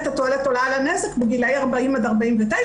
התועלת עולה על הנזק בגילאי 40 עד 49,